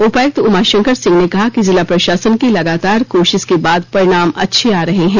उपायुक्त उमाशंकर सिंह ने कहा है जिला प्रशासन की लगातार कोशिश के बाद परिणाम अच्छे आ रहे हैं